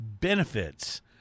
benefits